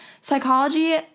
Psychology